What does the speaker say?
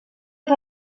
els